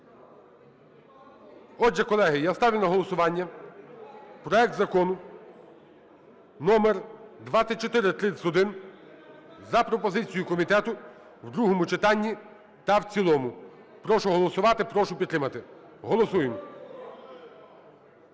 Отже, колеги, я ставлю на голосування проект Закону номер 2431 за пропозицією комітету в другому читанні та в цілому. Прошу голосувати. Прошу підтримати. Голосуємо.